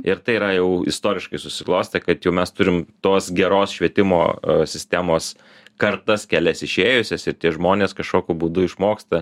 ir tai yra jau istoriškai susiklostė kad jau mes turim tos geros švietimo sistemos kartas kelias išėjusias ir tie žmonės kašokiu būdu išmoksta